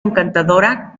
encantadora